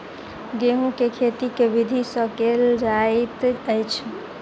गेंहूँ केँ खेती केँ विधि सँ केल जाइत अछि?